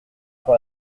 sur